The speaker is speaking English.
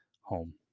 home